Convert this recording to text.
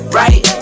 right